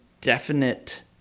definite